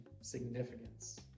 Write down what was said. significance